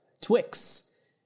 Twix